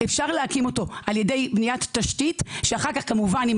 אפשר להקים אותו על ידי בניית תשתית שאחר כך כמובן עם